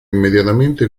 immediatamente